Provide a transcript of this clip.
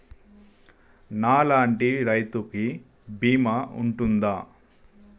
నా లాంటి రైతు కి బీమా ఉంటుందా?